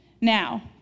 Now